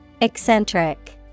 Eccentric